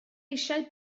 eisiau